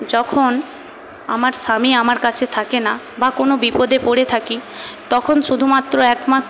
যখন আমার স্বামী আমার কাছে থাকে না বা কোনো বিপদে পড়ে থাকি তখন শুধুমাত্র একমাত্র